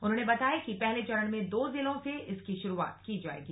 उन्होंने बताया कि पहले चरण में दो जिलों से इसकी शुरूआत की जाएगी